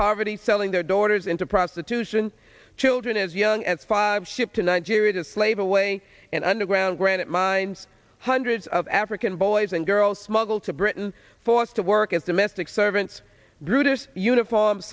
poverty selling their daughters into prostitution children as young as five shipped to nigeria to slave away in underground granite mines hundreds of african boys and girls smuggled to britain forced to work as domestic servants brutish uniform